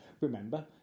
Remember